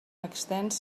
extens